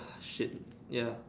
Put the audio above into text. ah shit ya